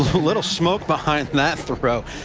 a little smoke behind that a